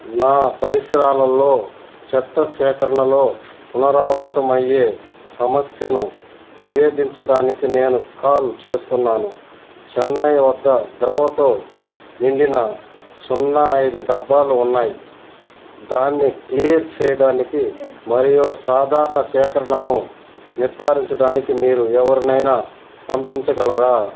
నా పరిసరాలల్లో చెత్త సేకరణలో పునరావృతమయ్యే సమస్యను నివేదించడానికి నేను కాల్ చేస్తున్నాను చెన్నై వద్ద ద్రవతో నిండిన సున్నా ఐదు డబ్బాలు ఉన్నాయి దాన్ని క్లియర్ చేయడానికి మరియు సాధారణ సేకరణను నిర్ధారించటానికి మీరు ఎవరినైనా పంపించగలరా